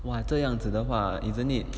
!wah! 这样子的话 isn't it